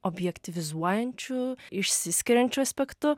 objektyvizuojančiu išsiskiriančiu aspektu